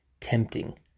tempting